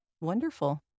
wonderful